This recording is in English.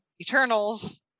Eternals